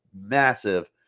massive